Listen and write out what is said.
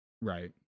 right